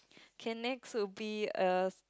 K next will be a